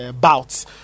bouts